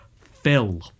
Phil